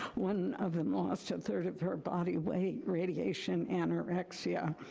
one of them lost a third of her body weight, radiation anorexia.